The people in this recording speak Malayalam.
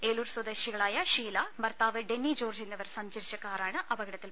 ഏലൂർ സ്വദേശികളായ ഷീല ഭർത്താവ് ഡെന്നി ജോർജ്ജ് എന്നിവർ സഞ്ചരിച്ച കാറാണ് അപകടത്തിൽ പെട്ടത്